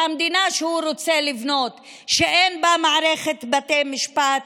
המדינה שהוא רוצה לבנות היא מדינה שאין בה מערכת בתי משפט,